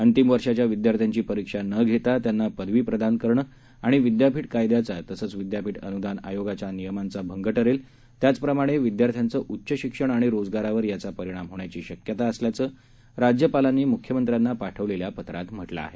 अंतिम वर्षाच्या विदयार्थ्यांची परीक्षा न घेता त्यांना पदवी प्रदान करणं विदयापीठ कायदयाचा तसंच विदयापीठ अनुदान आयोगाच्या नियमांचा भंग ठरेल त्याचप्रमाणे विदयार्थ्यांचं उच्च शिक्षण आणि रोजगारावर याचा परिणाम होण्याची शक्यता असल्याचं राज्यपालांनी मुख्यमंत्र्यांना पाठवलेल्या पत्रात म्हटलं आहे